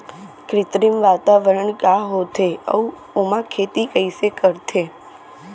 कृत्रिम वातावरण का होथे, अऊ ओमा खेती कइसे करथे?